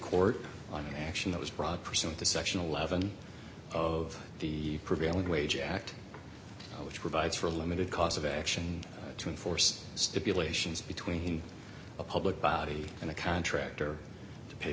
court on an action that was brought pursuant to section eleven of the prevailing wage act which provides for a limited cause of action to enforce stipulations between a public body and a contractor to pa